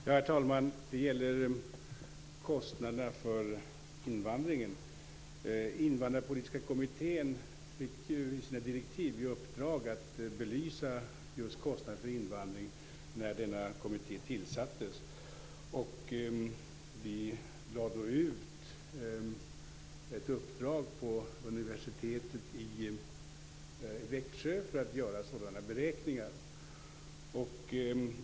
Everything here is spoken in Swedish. Herr talman! Det gäller kostnaderna för invandringen. Invandrarpolitiska kommittén fick ju i sina direktiv i uppdrag just att belysa kostnaderna för invandring när den tillsattes. Vi lade då ut ett uppdrag på universitetet i Växjö som skulle göra sådana beräkningar.